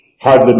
hardly